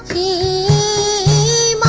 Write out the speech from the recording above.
ie